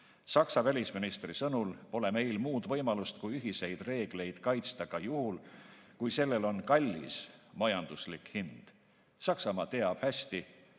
Saksa välisministri sõnul pole meil muud võimalust kui ühiseid reegleid kaitsta ka juhul, kui sellel on kallis majanduslik hind. Saksamaa teab hästi,